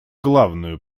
главную